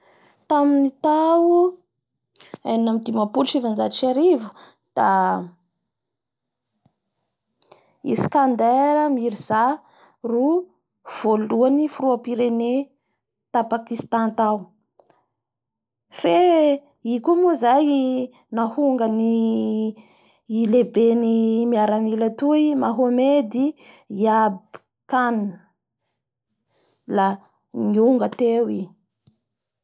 Tamin'ny tao enina ambin'ny dimapolo sy sivanjato sy arivo da i Scandaire Mirsa ro volohany filoampireny ta pankistant tao fe i koa moa zay nahongany lehibe mialamila toy Mahomedy Iabcanne la nihonga teo i.